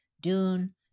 dune